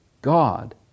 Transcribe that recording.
God